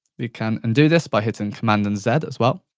we can undo this by hitting command and z as well.